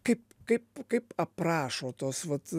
kaip kaip kaip aprašo tos vat